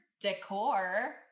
decor